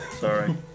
Sorry